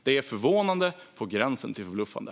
Det är förvånande på gränsen till förbluffande.